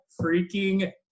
freaking